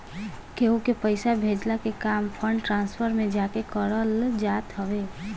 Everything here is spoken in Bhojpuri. केहू के पईसा भेजला के काम फंड ट्रांसफर में जाके करल जात हवे